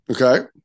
Okay